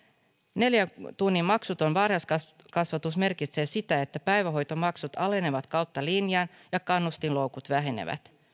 neljän tunnin maksuton varhaiskasvatus merkitsee sitä että päivähoitomaksut alenevat kautta linjan ja kannustinloukut vähenevät